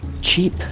Cheap